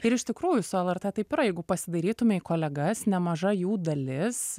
ir iš tikrųjų su lrt taip yra jeigu pasidairytume į kolegas nemaža jų dalis